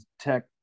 tech